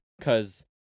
Cause